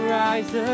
rise